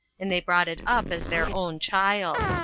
and they brought it up as their own child.